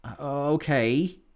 okay